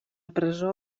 presó